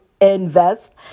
invest